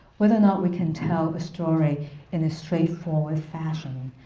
whether or not we can tell a story in a straightforward fashion.